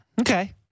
Okay